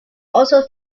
also